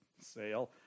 sale